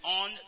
on